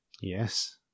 Yes